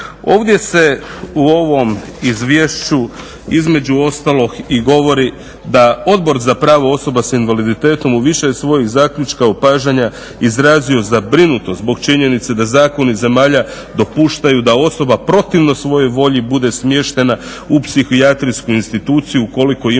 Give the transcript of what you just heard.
Ovdje se u ovom izvješću između ostalog i govori da "Odbor za pravo osoba s invaliditetom u više je svojih zaključka, opažanja izrazio zabrinutost zbog činjenice da zakon iz zemalja dopuštaju da osoba protivno svojoj volji bude smještena u psihijatrijsku instituciju ukoliko ima